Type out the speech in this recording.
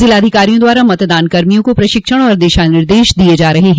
जिलाधिकारियों द्वारा मतगणना कर्मियों को प्रशिक्षण और दिशा निर्देश दिये जा रहे हैं